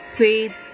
faith